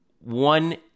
one